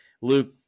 Luke